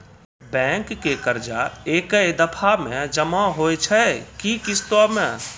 Bank के कर्जा ऐकै दफ़ा मे जमा होय छै कि किस्तो मे?